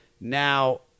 Now